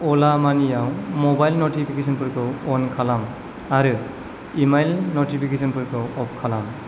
अला मानियाव मबाइल न'टिफिकेसनफोरखौ अन खालाम आरो इमैल न'टिफिकेसनफोरखौ अफ खालाम